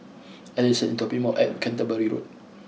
Edson is dropping me off at Canterbury Road